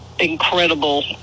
incredible